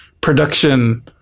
production